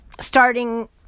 starting